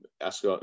ask